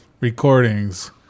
recordings